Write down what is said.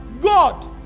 God